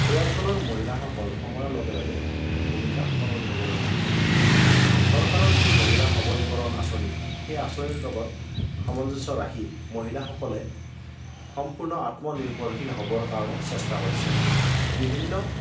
এই অঞ্চলৰ মহিলাসকলৰ সময়ৰ লগে লগে ভূমিকা সলনি হ'বলৈ ধৰিছে চৰকাৰৰ যি মহিলা সৱলীকৰণ আঁচনি সেই আঁচনিৰ লগত সামঞ্জস্য ৰাখি মহিলাসকলে সম্পূৰ্ণ আত্মনিৰ্ভৰশীল হ'বৰ কাৰণে চেষ্টা কৰিছে বিভিন্ন